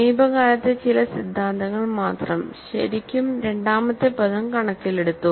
സമീപകാലത്തെ ചില സിദ്ധാന്തങ്ങൾ മാത്രം ശരിക്കും രണ്ടാമത്തെ പദം കണക്കിലെടുത്തു